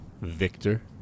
Victor